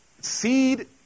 seed